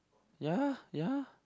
ya ya